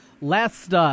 last –